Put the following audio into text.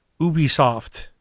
Ubisoft